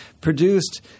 produced